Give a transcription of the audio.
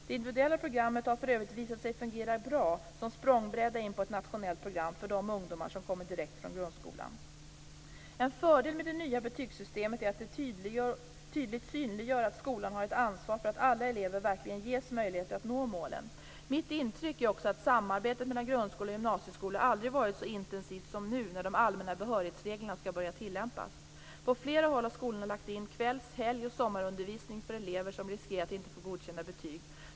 Det individuella programmet har för övrigt visat sig fungera bra som språngbräda in på ett nationellt program för de ungdomar som kommer direkt från grundskolan. En fördel med det nya betygssystemet är att det tydligt synliggör att skolan har ett ansvar för att alla elever verkligen ges möjligheter att nå målen. Mitt intryck är också att samarbetet mellan grundskola och gymnasieskola aldrig varit så intensivt som nu när de allmänna behörighetsreglerna skall börja tillämpas. På flera håll har skolorna lagt in kvälls-, helg och sommarundervisning för elever som riskerar att inte få godkända betyg.